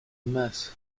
mess